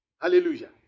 Hallelujah